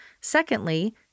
Secondly